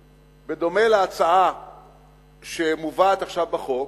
בדומה להצעה שמובאת עכשיו בחוק,